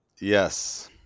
Yes